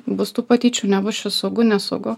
bus tų patyčių nebus čia saugu nesaugu